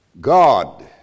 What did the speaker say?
God